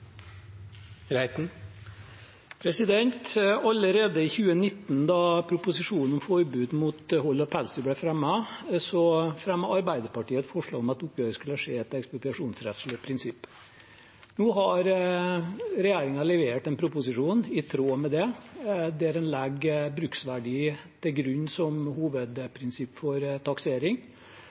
Allerede i 2019, da proposisjonen om forbud mot hold av pelsdyr ble fremmet, fremmet Arbeiderpartiet et forslag om at oppgjøret skulle skje etter ekspropriasjonsrettslige prinsipper. Nå har regjeringen levert en proposisjon i tråd med det, der en legger bruksverdi til grunn som hovedprinsipp for taksering.